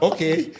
Okay